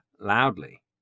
loudly